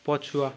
ପଛୁଆ